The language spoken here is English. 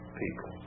people